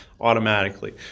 automatically